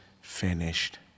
finished